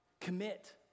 Commit